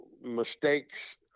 mistakes